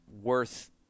worth